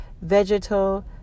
vegetal